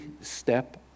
step